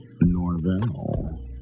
Norvell